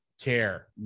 care